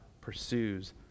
pursues